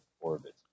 Orbit